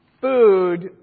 food